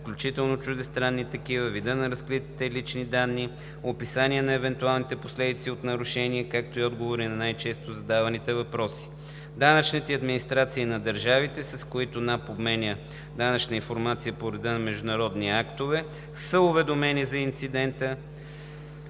включително чуждестранни такива, вида на разкритите лични данни и описание на евентуалните последици от нарушението, както и отговори на най-често задаваните въпроси. Данъчните администрации на държавите, с които НАП обменя данъчна информация по реда на международни актове, са уведомени за инцидента